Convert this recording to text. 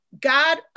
God